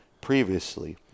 previously